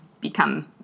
become